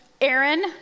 Aaron